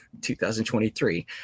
2023